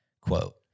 quote